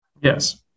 Yes